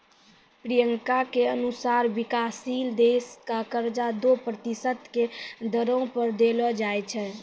प्रियंका के अनुसार विकाशशील देश क कर्जा दो प्रतिशत के दरो पर देलो जाय छै